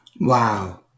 Wow